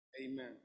amen